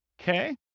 okay